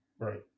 Right